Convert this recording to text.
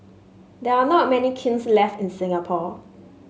there are not many kilns left in Singapore